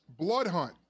Bloodhunt